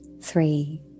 three